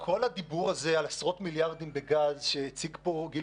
כל הדיבור על עשרות מיליארדים בגז שהציג פה גיל